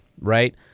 right